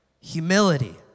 Humility